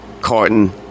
Carton